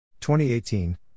2018